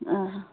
آ ہا